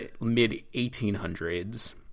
mid-1800s